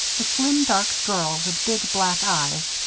the slim dark girl, with big black eyes,